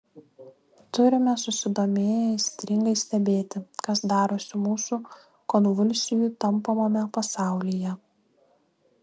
turime susidomėję aistringai stebėti kas darosi mūsų konvulsijų tampomame pasaulyje